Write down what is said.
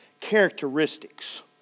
characteristics